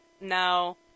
no